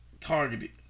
targeted